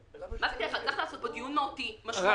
צריך לעשות פה דיון מהותי, משמעותי.